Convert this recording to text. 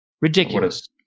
Ridiculous